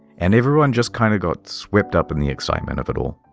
and everyone just kind of got swept up in the excitement of it all.